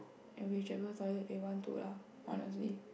and which ever toilet they want to lah honestly